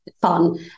fun